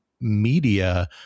media